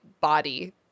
body